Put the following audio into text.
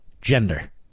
gender